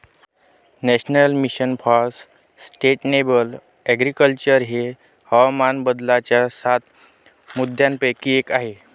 national mission for sustainable agriculture हे हवामान बदलाच्या सात मुद्यांपैकी एक आहे